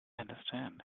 understand